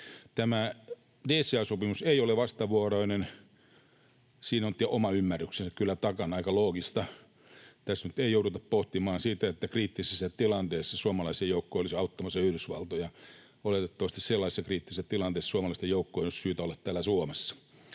Tämä DCA-sopimus ei ole vastavuoroinen. Siinä on oma ymmärryksensä kyllä takana, aika loogista. Tässä nyt ei jouduta pohtimaan sitä, että kriittisessä tilanteessa suomalaisia joukkoja olisi auttamassa Yhdysvaltoja. Oletettavasti sellaisessa kriittisessä tilanteessa suomalaisten joukkojen olisi syytä olla täällä Suomessa.